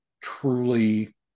truly